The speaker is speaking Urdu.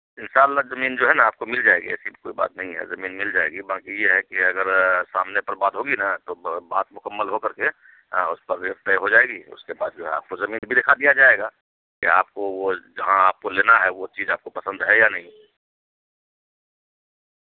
حصہ الگ زمین جو ہے نا آپ کو مل جائے گی ایسی بھی کوئی بات نہیں ہے زمین مل جائے گی باقی یہ ہے کہ اگر سامنے پر بات ہوگی نا تو بات مکمل ہو کر کے اس پر ریٹ طے ہو جائے گی اس کے بعد جو ہے آپ کو زمین بھی دکھا دیا جائے گا کہ آپ کو وہ جہاں آپ کو لینا ہے وہ چیز آپ کو پسند ہے یا نہیں